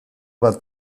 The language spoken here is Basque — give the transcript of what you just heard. bat